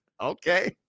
Okay